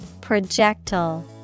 Projectile